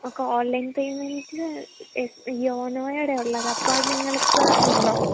okay online പെയ്മെൻ്റ്ൽ യോനോയുടെ ഉള്ളത് അപ്പം അത് നിങ്ങൾക്ക് ഉണ്ടോ